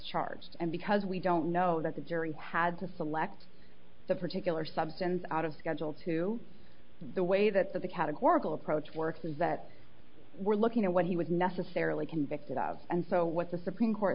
charged and because we don't know that the jury had to select the particular substance out of schedule two the way that the categorical approach works is that we're looking at what he would necessarily convicted of and so what the supreme court